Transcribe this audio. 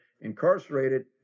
incarcerated